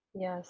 Yes